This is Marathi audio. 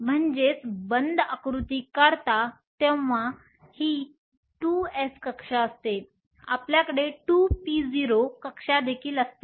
जेव्हा तुम्ही बंध आकृती काढता तेव्हा ही 2s कक्षा असते आपल्याकडे 2p0 कक्षा देखील असते